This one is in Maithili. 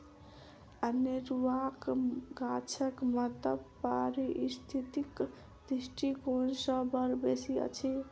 अनेरुआ गाछक महत्व पारिस्थितिक दृष्टिकोण सँ बड़ बेसी अछि